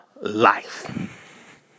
life